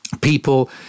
people